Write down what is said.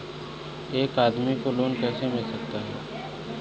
एक आदमी को लोन कैसे मिल सकता है?